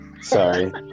sorry